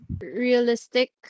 realistic